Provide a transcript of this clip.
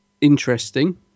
interesting